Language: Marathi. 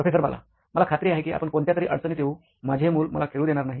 प्रोफेसर बाला मला खात्री आहे की आपण कोणत्यातरी अडचणीत येऊ माझे मूल मला खेळू देणार नाही